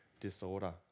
disorder